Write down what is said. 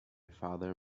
father